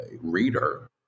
reader